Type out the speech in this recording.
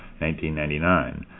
1999